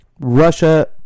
Russia